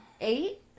Eight